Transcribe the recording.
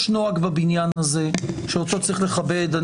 יש נוהג בבניין הזה, שאותו צריך לכבד.